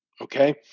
okay